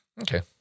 Okay